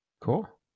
cool